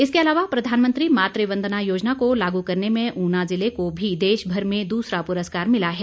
इसके अलावा प्रधानमंत्री मातृ वंदना योजना को लागू करने में ऊना ज़िले को भी देशभर में दूसरा पुरस्कार मिला है